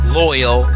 loyal